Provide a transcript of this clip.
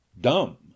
Dumb